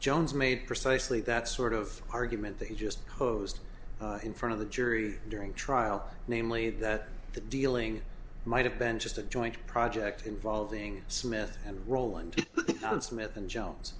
jones made precisely that sort of argument they just posed in front of the jury during trial namely that the dealing might have been just a joint project involving smith and rowland and smith and j